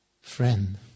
friend